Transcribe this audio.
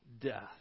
death